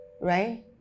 right